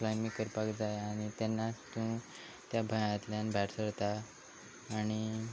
climbing करपाक जाय आनी तेन्नाच तूं त्या भंयांतल्यान भायर सरता आनी